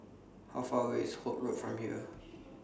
How Far away IS Holt Road from here